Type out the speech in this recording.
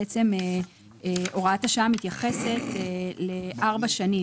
בעצם הוראת השעה מתייחסת לארבע שנים,